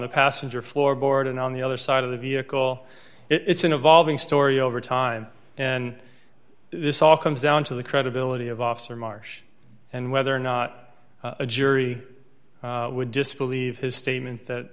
the passenger floorboard and on the other side of the vehicle it's an evolving story over time and this all comes down to the credibility of officer marsh and whether or not a jury would disbelieve his statement that